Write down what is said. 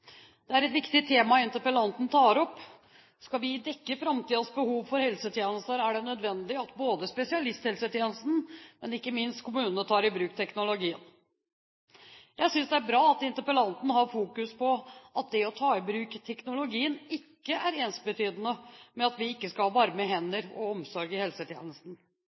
et viktig tema interpellanten tar opp. Skal vi dekke framtidens behov for helsetjenester, er det nødvendig at både spesialisthelsetjenesten og ikke minst kommunene tar i bruk teknologien. Jeg synes det er bra at interpellanten har fokus på at det å ta i bruk teknologien ikke er ensbetydende med at vi ikke skal ha varme hender og omsorg i helsetjenesten.